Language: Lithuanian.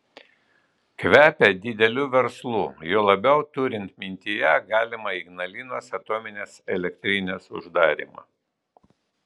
kvepia dideliu verslu juo labiau turint mintyje galimą ignalinos atominės elektrinės uždarymą